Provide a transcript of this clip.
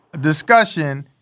discussion